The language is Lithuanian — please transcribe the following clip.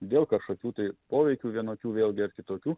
dėl kažkokių tai poveikių vienokių vėlgi ar kitokių